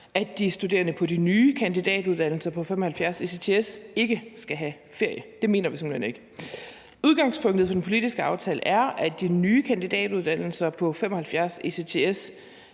at de studerende på de nye 75 ECTS-kandidatuddannelser ikke skal have ferie. Det mener vi simpelt hen ikke. Udgangspunktet for den politiske aftale er, at de nye kandidatuddannelser på 75 ECTS